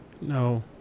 No